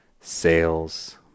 Sales